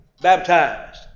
baptized